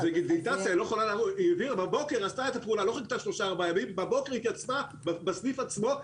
היא לא חיכתה שלושה ימים אלא בבוקר היא התייצבה בסניף עצמו.